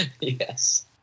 Yes